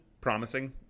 Promising